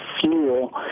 fuel